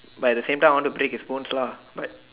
but at the same time I want to break his bones lah but